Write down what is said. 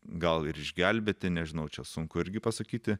gal ir išgelbėti nežinau čia sunku irgi pasakyti